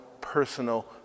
personal